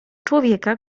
człowieka